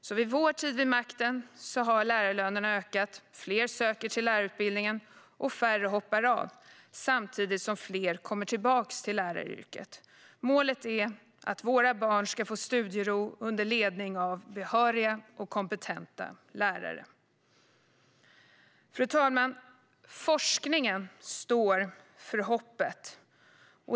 Under vår tid vid makten har lärarlönerna ökat, fler söker till lärarutbildningarna och färre hoppar av samtidigt som fler kommer tillbaka till läraryrket. Målet är att våra barn ska få studiero under ledning av behöriga och kompetenta lärare. Fru talman! Forskningen står för hopp.